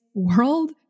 world